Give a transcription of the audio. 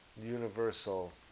universal